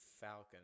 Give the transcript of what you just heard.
falcon